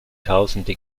tausende